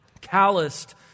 calloused